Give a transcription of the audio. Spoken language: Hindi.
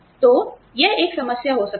तो यह एक समस्या हो सकती है